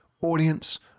audience